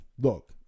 look